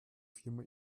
firma